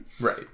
Right